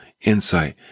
Insight